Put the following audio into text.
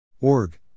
Org